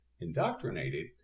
indoctrinated